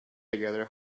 together